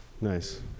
Nice